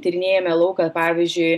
tyrinėjame lauką pavyzdžiui